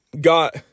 got